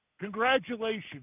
Congratulations